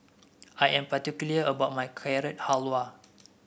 I am particular about my Carrot Halwa